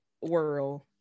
world